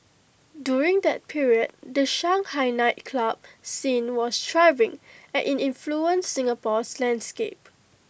during that period the Shanghai nightclub scene was thriving and IT influenced Singapore's landscape